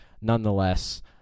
nonetheless